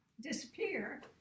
disappear